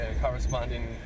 corresponding